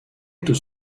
tus